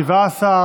התשפ"ב